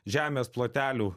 žemės plotelių